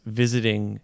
visiting